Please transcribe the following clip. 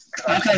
Okay